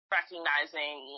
recognizing